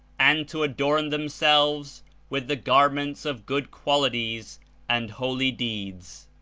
and to adorn themselves with the garments of good qualities and holy deeds.